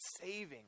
saving